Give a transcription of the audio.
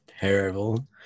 terrible